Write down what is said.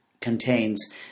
contains